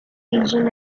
region